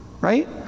Right